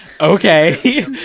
Okay